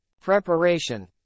Preparation